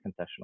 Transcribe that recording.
concessional